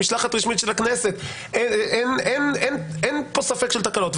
במשלחת רשמית של הכנסת אין פה ספק של תקלות.